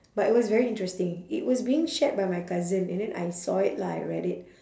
but it was very interesting it was being shared by my cousin and then I saw it lah I read it